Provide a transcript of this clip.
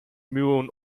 millionen